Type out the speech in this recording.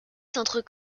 centre